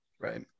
Right